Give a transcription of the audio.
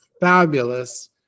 fabulous